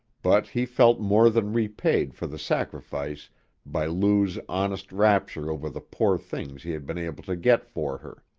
but he felt more than repaid for the sacrifice by lou's honest rapture over the poor things he had been able to get for her.